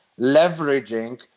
leveraging